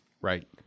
Right